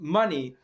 money